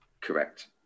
Correct